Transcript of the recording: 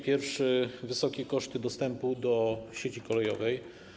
Pierwsze - wysokie koszty dostępu do sieci kolejowej.